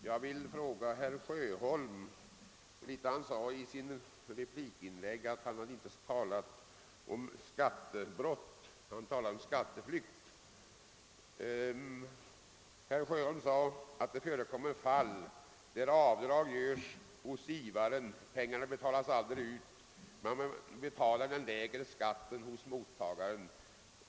Herr talman! Herr Sjöholm sade i sin replik att han inte hade talat om skattebrott utan om skatteflykt. Det förekommer fall, sade herr Sjöholm, där givaren gör avdrag men pengarna aldrig betalas ut. Givaren betalar bara den lägre skatten hos mottagaren.